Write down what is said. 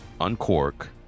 Uncork